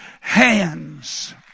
hands